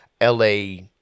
LA